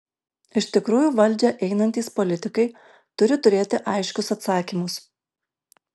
iš tikrųjų valdžią einantys politikai turi turėti aiškius atsakymus